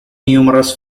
numerous